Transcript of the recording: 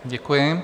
Děkuji.